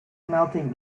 melting